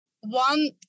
one